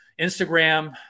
Instagram